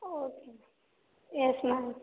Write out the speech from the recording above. okay ma'am yes ma'am